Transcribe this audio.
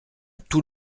tout